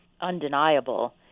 undeniable